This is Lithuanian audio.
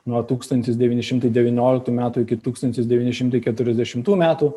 nuo tūkstantis devyni šimtai devynioliktų metų iki tūkstantis devyni šimtai keturiasdešimtų metų